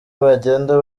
bagenda